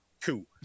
Two